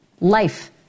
Life